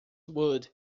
wood